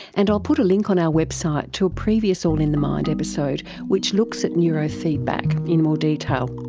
and i'll put a link on our website to a previous all in the mind episode which looks at neurofeedback in more detail.